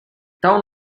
town